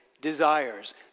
desires